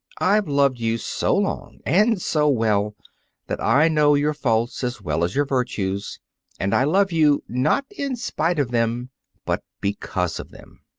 i've loved you so long and so well that i know your faults as well as your virtues and i love you, not in spite of them but because of them.